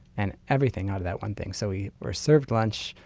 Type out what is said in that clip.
and everything out of that one thing. so we were served lunch,